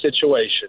situation